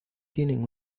tienen